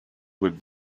with